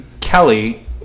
Kelly